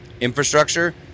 infrastructure